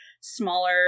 smaller